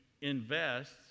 invest